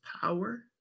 power